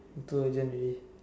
too urgent already